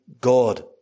God